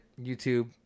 YouTube